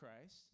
Christ